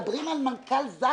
מדברים על מנכ"ל זק"א,